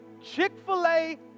Chick-fil-A